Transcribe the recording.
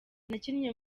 nakinnye